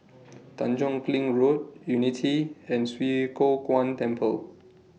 Tanjong Kling Road Unity and Swee Kow Kuan Temple